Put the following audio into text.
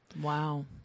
Wow